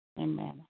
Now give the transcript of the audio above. Amen